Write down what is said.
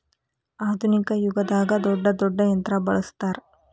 ಆದುನಿಕ ಯುಗದಾಗ ದೊಡ್ಡ ದೊಡ್ಡ ಯಂತ್ರಾ ಬಳಸ್ತಾರ